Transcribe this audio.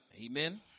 Amen